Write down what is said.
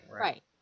Right